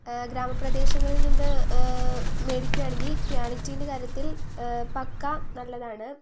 ഗ്രാമപ്രദേശങ്ങളിൽ നിന്ന് മേടിക്കുകയാണെങ്കിൽ ക്വാളിറ്റീൻ്റെ കാര്യത്തിൽ പക്ക നല്ലതാണ്